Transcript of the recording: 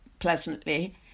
pleasantly